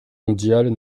mondiales